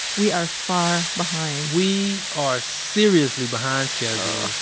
we are far behind we are seriously behind schedule,